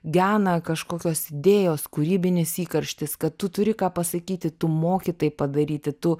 gena kažkokios idėjos kūrybinis įkarštis kad tu turi ką pasakyti tu moki tai padaryti tu